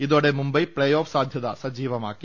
ഇതോടെ മുംബൈ പ്ലേഓഫ് സാധ്യത സജീവമാക്കി